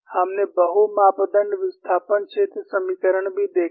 हमने बहु मापदण्ड विस्थापन क्षेत्र समीकरण भी देखे